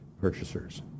purchasers